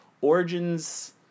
Origins